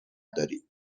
دارید